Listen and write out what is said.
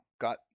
got